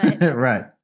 Right